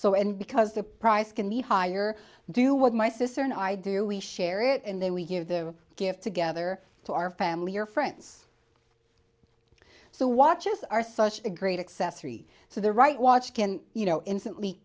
so and because the price can be higher do what my sister and i do we share it and then we give the gift together to our family or friends so watches are such a great accessory so the right watch can you know instantly